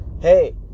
hey